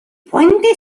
puente